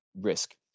risk